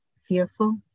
fearful